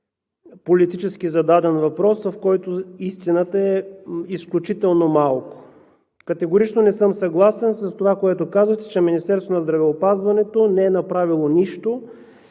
политически зададен въпрос, в който истината е изключително малко. Категорично не съм съгласен с това, което казахте, че Министерството на здравеопазването не е направило нищо